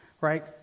right